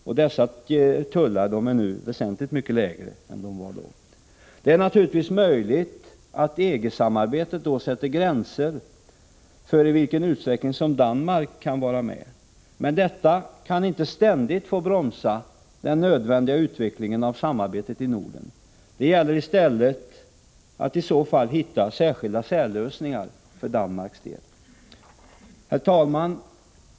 Och dessa tullar är nu väsentligt lägre än de var då. Det är naturligtvis möjligt att EG-samarbetet sätter gränser för i vilken utsträckning Danmark kan vara med. Men detta kan inte ständigt få bromsa den nödvändiga utvecklingen av samarbetet inom Norden. Det gäller i stället i så fall att hitta särskilda lösningar för Danmarks del. Herr talman!